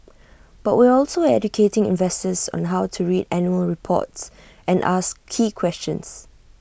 but we're also educating investors on how to read annual reports and ask key questions